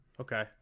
Okay